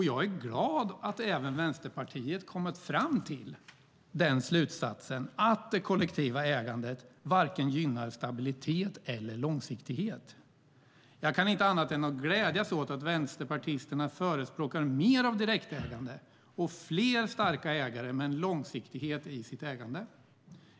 Jag är glad att även Vänsterpartiet har kommit fram till slutsatsen att det kollektiva ägandet varken gynnar stabilitet eller långsiktighet. Jag kan inte annat än att glädjas åt att vänsterpartisterna förespråkar mer av direktägande och fler starka ägare med en långsiktighet i sitt ägande.